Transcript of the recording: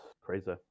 crazy